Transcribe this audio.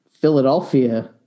Philadelphia